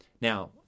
Now